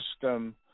system